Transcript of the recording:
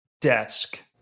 desk